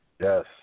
Yes